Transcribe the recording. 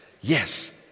Yes